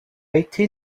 été